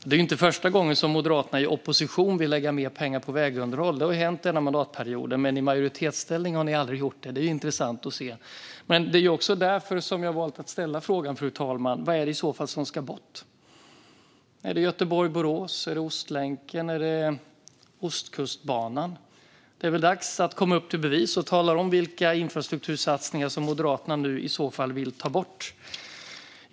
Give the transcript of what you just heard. Det är inte första gången som Moderaterna i opposition vill lägga mer pengar på vägunderhåll. Det har hänt under den här mandatperioden, men i majoritetsställning har ni aldrig gjort det. Det är intressant att se. Det är också därför jag har valt att fråga: Vad är det som ska bort? Är det sträckan Göteborg-Borås, Ostlänken eller Ostkustbanan? Det är väl dags att komma upp till bevis och tala om vilka infrastruktursatsningar som Moderaterna i så fall vill ta bort.